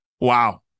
Wow